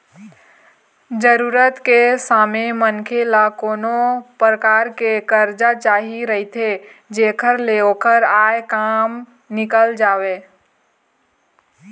जरूरत के समे मनखे ल कोनो परकार के करजा चाही रहिथे जेखर ले ओखर आय काम निकल जावय